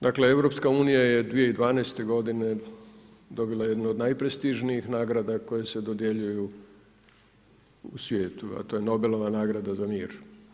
Dakle, EU je 2012. godine dobila jednu od najprestižnijih nagrada koje se dodjeljuju u svijetu, a to je Nobelova nagrada za mir.